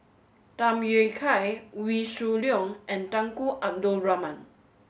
Tham Yui Kai Wee Shoo Leong and Tunku Abdul Rahman